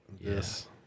Yes